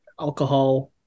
alcohol